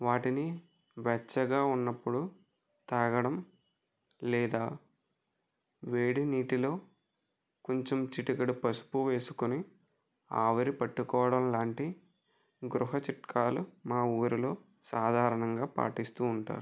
వాటిని వెచ్చగా ఉన్నప్పుడు తాగడం లేదా వేడి నీటిలో కొంచెం చిటికెడు పసుపు వేసుకొని ఆవరి పట్టుకోవడం లాంటి గృహ చిట్కాలు మా ఊరిలో సాధారణంగా పాటిస్తు ఉంటారు